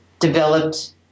developed